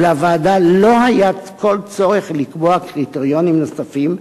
ולוועדה לא היה כל צורך לקבוע קריטריונים נוספים,